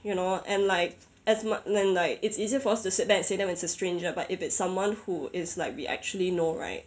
you know and like as muc~ and like it's easier for us to sit back and see them as a stranger but if it's someone who is like we actually know right